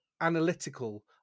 analytical